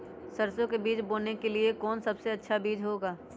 सरसो के बीज बोने के लिए कौन सबसे अच्छा बीज होगा?